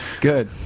Good